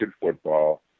football